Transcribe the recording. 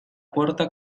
puerta